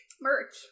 merch